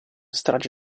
strage